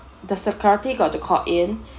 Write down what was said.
the security guard to call in